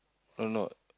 no no